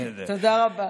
תודה רבה.